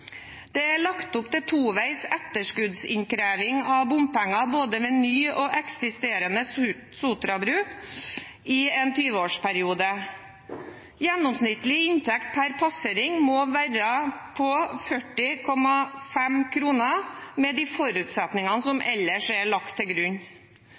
Det er lagt opp til toveis etterskuddsvis innkreving av bompenger både ved ny og eksisterende Sotra-bru i en 20-årsperiode. Gjennomsnittlig inntekt per passering må være på 40,50 kr med de forutsetningene som